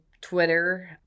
Twitter